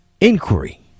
Inquiry